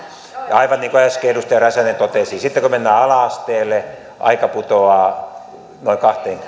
aivan niin kuin äsken edustaja räsänen totesi sitten kun mennään ala asteelle aika putoaa noin